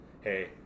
hey